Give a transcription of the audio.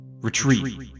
Retreat